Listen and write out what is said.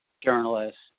journalists